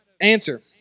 answer